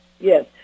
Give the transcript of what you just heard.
Yes